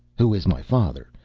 who is my father,